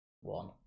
one